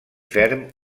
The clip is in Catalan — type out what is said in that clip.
ferm